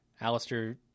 Alistair